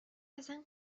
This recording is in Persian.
اصلا